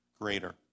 greater